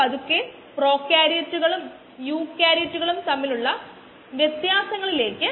അതോടൊപ്പം അതു ബാച്ചുകളിൽ ഒതുങ്ങി നില്ക്കുന്നു